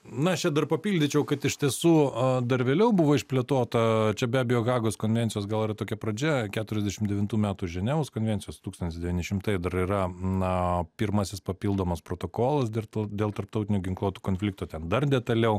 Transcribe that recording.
na čia dar papildyčiau kad iš tiesų dar vėliau buvo išplėtota čia be abejo hagos konvencijos gal yra tokia pradžia keturiasdešim devintų metų ženevos konvencijos tūkstantis devyni šimtai dar yra na pirmasis papildomas protokolas dar dėl tarptautinių ginkluotų konfliktų ten dar detaliau